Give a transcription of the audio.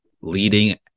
leading